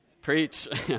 Preach